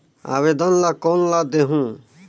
आवेदन ला कोन ला देहुं?